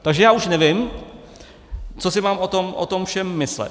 Takže já už nevím, co si mám o tom všem myslet.